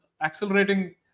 accelerating